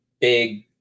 big